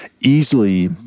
easily